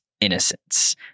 innocence